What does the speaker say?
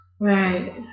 Right